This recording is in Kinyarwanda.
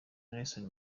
nelson